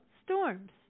storms